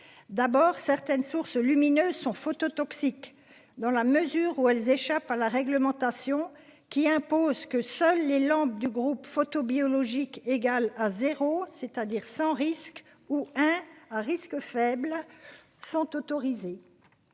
D'abord, certaines sources lumineuses sont photo toxique dans la mesure où elles échappent à la réglementation qui impose que seuls les lampes du groupe photobiologique égal à 0, c'est-à-dire sans risque ou un risque faible sont autorisés.